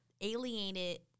alienated